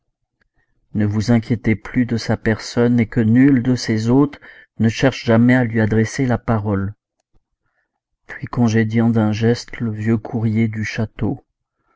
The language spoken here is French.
ne vous inquiétez plus de sa personne et que nul de ses hôtes ne cherche jamais à lui adresser la parole puis congédiant d'un geste le vieux courrier du château